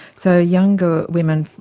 so younger women,